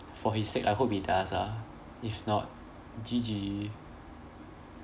for his sake I hope he does ah if not G_G